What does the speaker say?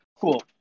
cool